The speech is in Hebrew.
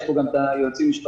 יש גם את היועצים המשפטיים.